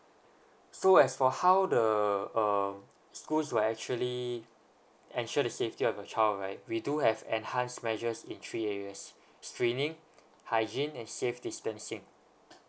so as for how the um schools were actually ensure the safety of your child right we do have enhanced measures in three areas screening hygiene and safe distancing